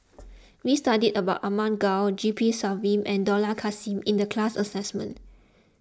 we studied about Ahmad Daud G P Selvam and Dollah Kassim in the class assignment